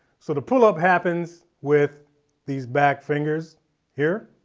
sort of pull up happens with these back fingers here.